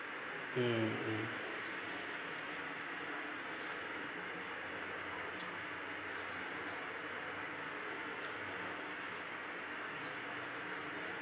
mm mm